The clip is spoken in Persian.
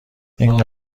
این